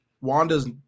Wanda's